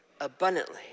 abundantly